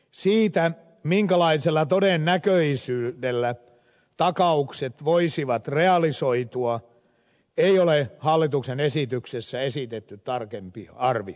siitä minkälaisella todennäköisyydellä takaukset voisivat realisoitua ei ole hallituksen esityksessä esitetty tarkempia arvioita